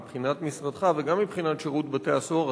מבחינת משרדך וגם מבחינת שירות בתי-הסוהר,